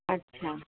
अच्छा